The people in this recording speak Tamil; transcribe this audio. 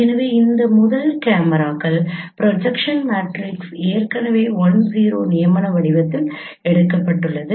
எனவே முதல் கேமராக்கள் ப்ரொஜெக்ஷன் மேட்ரிக்ஸ் ஏற்கனவே I |0 நியமன வடிவத்தில் எடுக்கப்பட்டுள்ளது